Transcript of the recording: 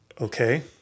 Okay